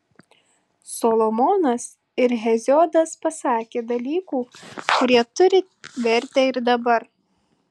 solomonas ir heziodas pasakė dalykų kurie turi vertę ir dabar